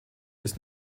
ist